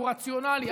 הוא רציונלי.